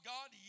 God